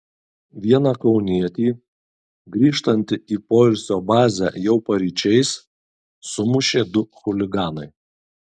vieną kaunietį grįžtantį į poilsio bazę jau paryčiais sumušė du chuliganai